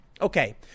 Okay